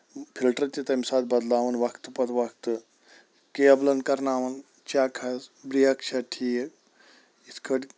filter تہِ تَمہِ ساتہٕ بدلاوُن وقتہٕ پَتہٕ وقتہٕ کیبلن کرناوُن چیک حظ بریک چھا ٹھیٖک یِتھ کٲٹھۍ